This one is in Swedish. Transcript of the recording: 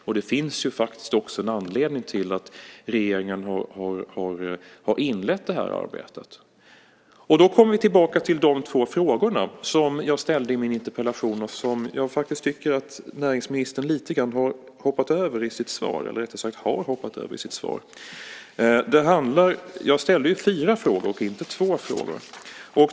Och det finns faktiskt också en anledning till att regeringen har inlett detta arbete. Då kommer jag tillbaka till de två frågor som jag ställde i min interpellation och som näringsministern har hoppat över i sitt svar. Jag ställde ju fyra frågor och inte två frågor.